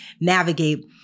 navigate